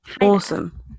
Awesome